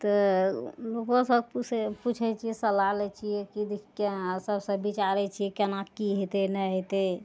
तऽ लोको सब पुछै छियै सलाह लै छियै कि सबसे बिचारै छियै केना की हेतै नहि हेतै